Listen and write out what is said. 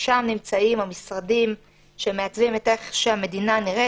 ששם נמצאים המשרדים שמעצבים את איך שהמדינה נראית